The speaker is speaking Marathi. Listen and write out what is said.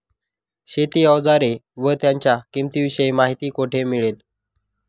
शेती औजारे व त्यांच्या किंमतीविषयी माहिती कोठे मिळेल?